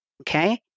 Okay